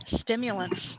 stimulants